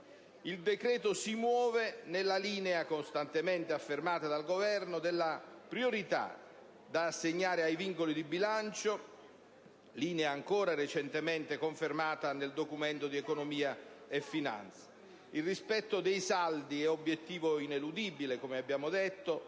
Il decreto si muove nella linea, costantemente affermata dal Governo, della priorità da assegnare ai vincoli di bilancio, linea ancora recentemente confermata nel Documento di economia e finanza. Il rispetto dei saldi è obiettivo ineludibile, come abbiamo detto,